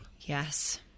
Yes